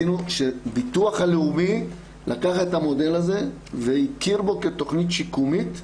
כשהביטוח הלאומי לקח את המודל הזה והכיר בו כתוכנית שיקומית,